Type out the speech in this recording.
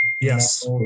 Yes